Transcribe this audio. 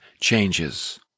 changes